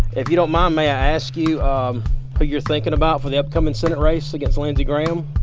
if you don't mind, may i ask you um who you're thinkin' about for the upcomin' senate race against lindsey graham?